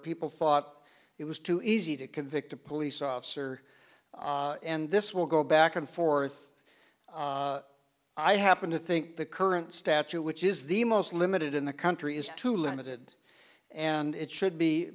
people thought it was too easy to convict a police officer and this will go back and forth i happen to think the current statue which is the most limited in the country is too limited and it should be